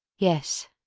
yes.